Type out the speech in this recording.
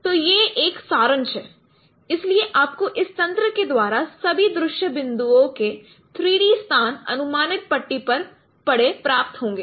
तो यह एक सारांश है इसलिए आपको इस तंत्र के द्वारा सभी दृश्य बिंदुओं के 3 डी स्थान अनुमानित पट्टी पर पड़े प्राप्त होंगे